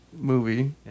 movie